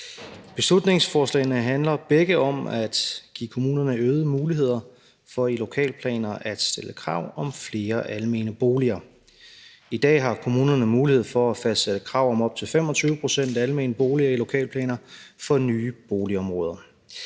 beslutningsforslag handler om at give kommunerne øgede muligheder for i deres lokalplaner at stille krav om flere almene boliger. I dag har kommunerne mulighed for at fastsætte krav om op til 25 pct. almene boliger i lokalplaner for nye boligområder.